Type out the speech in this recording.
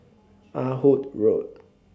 Ah Hood Road